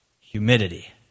humidity